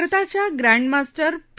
भारताच्या grandmaster P